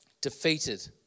Defeated